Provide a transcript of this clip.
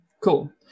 Cool